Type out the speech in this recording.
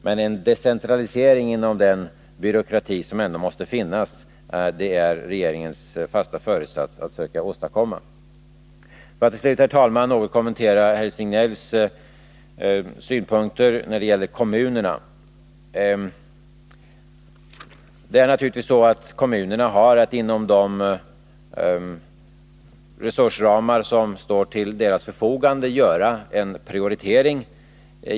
Men det är regeringens fasta föresats att söka åstadkomma en decentralisering inom den byråkrati som ändå måste finnas. Till slut, herr talman, vill jag något kommentera herr Signells synpunkter när det gäller kommunerna. Naturligtvis har kommunerna att inom de resursramar som står till deras förfogande göra en prioritering.